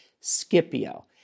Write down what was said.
Scipio